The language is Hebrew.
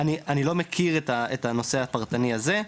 אני לא מכיר את הנושא הפרטני הזה.